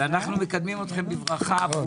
אנו מקדמים אתכם בברכה.